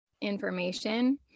information